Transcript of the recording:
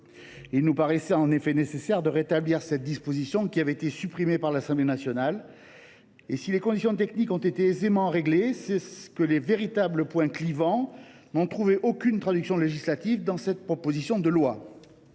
Il nous paraissait en effet nécessaire de rétablir cette disposition supprimée par l’Assemblée nationale. Si les considérations techniques ont été aisément réglées, c’est que les véritables points clivants n’ont trouvé aucune traduction législative dans ce texte.